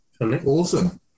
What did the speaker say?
Awesome